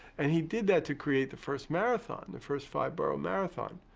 and he did that to create the first marathon, the first five-borough marathon,